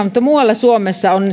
mutta kyse on